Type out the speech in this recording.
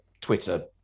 Twitter